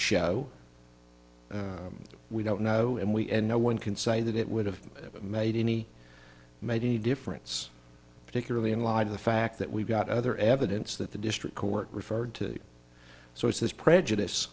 show we don't know and we and no one can say that it would have made any made any difference particularly in light of the fact that we've got other evidence that the district court referred to so it's this prejudice